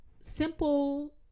simple